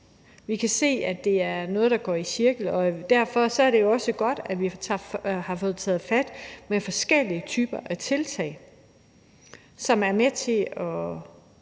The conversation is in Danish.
Vi kan se, at det er noget, der går igen. Derfor er det også godt, at vi har taget fat på det med forskellige typer af tiltag, som er med til at stoppe